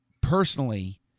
personally